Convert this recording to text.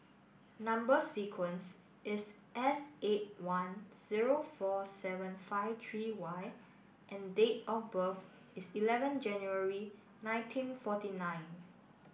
number sequence is S eight one zero four seven five three Y and date of birth is eleven January nineteen forty nine